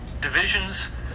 divisions